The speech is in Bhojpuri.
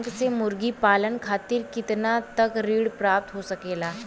बैंक से मुर्गी पालन खातिर कितना तक ऋण प्राप्त हो सकेला?